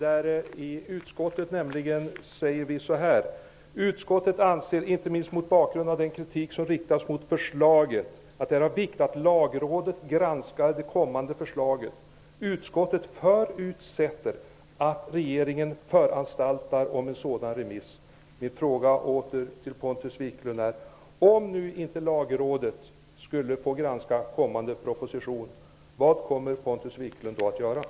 Vi i utskottet skriver nämligen så här: ''Utskottet anser, inte minst mot bakgrund av den kritik som riktats mot förslaget, att det är viktigt att Lagrådet granskar det kommande förslaget. Utskottet förutsätter att regeringen föranstaltar om en sådan remiss.'' Jag frågar Pontus Wiklund igen: Om inte Lagrådet skulle få granska den kommande propositionen, vad kommer Pontus Wiklund att göra då?